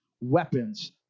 weapons